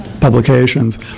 publications